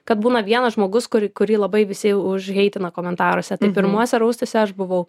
kad būna vienas žmogus kurį kurį labai visi užheitina komentaruose pirmuose raustuose aš buvau